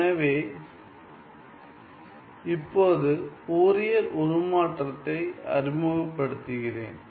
எனவே இப்போது ஃபோரியர் உருமாற்றத்தை அறிமுகப்படுத்துகிறேன்